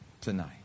tonight